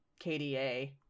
KDA